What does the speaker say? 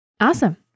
Awesome